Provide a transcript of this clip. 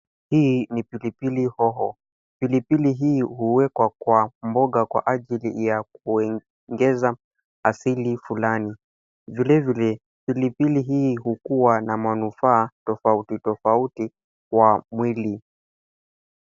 Hii ni pilipili hoho .Pilipili hii huekwa kwa mboga kwa ajili ya kuongeza asili fulani. Vile vile, pilipili hii hukua na manufaa tofauti tofauti kwa mwili.